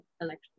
election